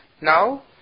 Now